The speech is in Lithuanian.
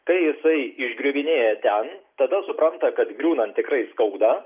kai jisai išgriuvinėja ten tada supranta kad griūnant tikrai skauda